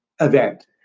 event